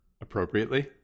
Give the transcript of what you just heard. appropriately